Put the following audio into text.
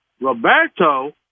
Roberto